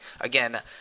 again